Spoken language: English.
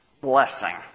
blessing